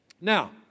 Now